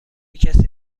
کسی